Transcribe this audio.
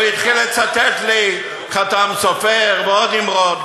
הוא התחיל לצטט לי חת"ם סופר ועוד אמרות.